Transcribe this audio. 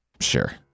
Sure